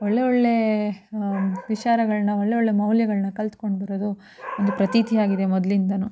ಒಳ್ಳೆಯ ಒಳ್ಳೆಯ ವಿಚಾರಗಳನ್ನ ಒಳ್ಳೆಯ ಒಳ್ಳೆಯ ಮೌಲ್ಯಗಳನ್ನ ಕಲ್ತ್ಕೊಂಡು ಬರೋದು ಒಂದು ಪ್ರತೀತಿಯಾಗಿದೆ ಮೊದಲಿಂದಲೂ